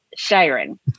Sharon